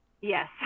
Yes